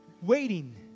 waiting